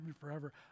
forever